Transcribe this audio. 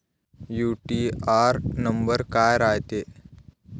UTR number काय रायते?